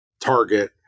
target